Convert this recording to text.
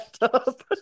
up